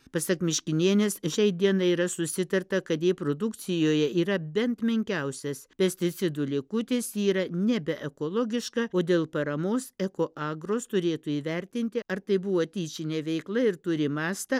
pasak miškinienės šiai dienai yra susitarta kad jei produkcijoje yra bent menkiausias pesticidų likutis ji yra nebe ekologiška o dėl paramos ekoagrus turėtų įvertinti ar tai buvo tyčinė veikla ir turi mastą